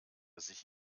sich